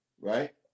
right